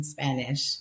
Spanish